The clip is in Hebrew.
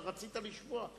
אבל רצית לשמוע.